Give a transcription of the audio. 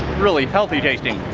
really healthy tasting.